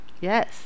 yes